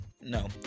no